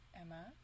Emma